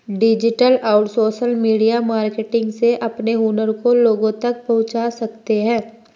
digital और social media marketing से अपने हुनर को लोगो तक पहुंचा सकते है